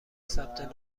ثبت